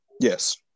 yes